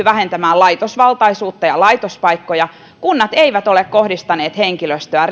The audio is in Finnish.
vähentämään laitosvaltaisuutta ja laitospaikkoja kunnat eivät ole kohdistaneet henkilöstöä